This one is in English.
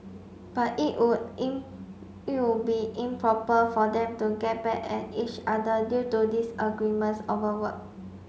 but it would in it would be improper for them to get back at each other due to disagreements over work